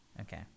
Okay